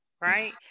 right